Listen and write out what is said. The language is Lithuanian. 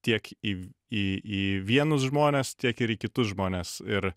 tiek į į į vienus žmones tiek ir į kitus žmones ir